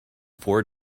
four